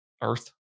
earth